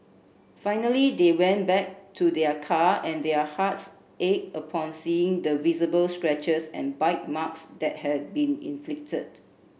finally they went back to their car and their hearts ached upon seeing the visible scratches and bite marks that had been inflicted